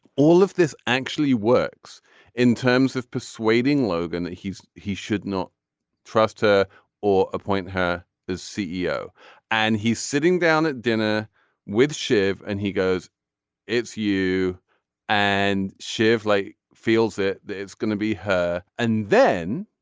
all of this actually works in terms of persuading logan that he's he should not trust her or appoint her as ceo and he's sitting down at dinner with shiv and he goes it's you and chevrolet like feels that that it's going to be her and then